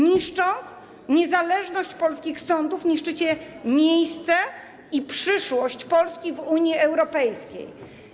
Niszcząc niezależność polskich sądów, niszczycie miejsce i przyszłość Polski w Unii Europejskiej.